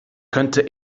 könnte